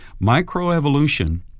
Microevolution